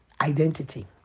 identity